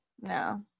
No